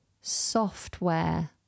software